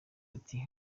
ati